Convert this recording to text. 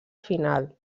final